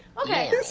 Okay